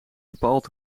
bepaald